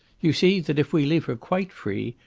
you see that if we leave her quite free,